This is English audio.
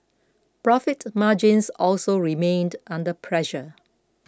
profit margins also remained under pressure